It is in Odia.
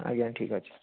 ଆଜ୍ଞା ଠିକ୍ ଅଛି